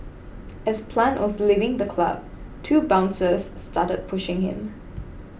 as Plant was leaving the club two bouncers started pushing him